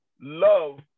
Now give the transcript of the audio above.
love